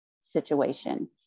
situation